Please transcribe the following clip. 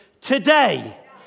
today